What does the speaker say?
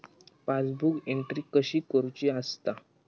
Passbook entry कशी करुची असता?